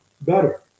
better